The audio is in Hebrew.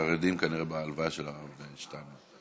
החרדים כנראה בהלוויה של הרב שטיינמן.